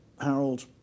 Harold